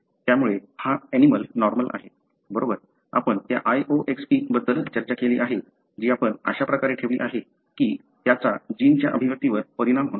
त्यामुळे हा ऍनिमलं नॉर्मल आहे बरोबर आपण त्या loxP बद्दल चर्चा केली आहे जी आपण अशा प्रकारे ठेवली आहे की त्याचा जीनच्या अभिव्यक्तीवर परिणाम होणार नाही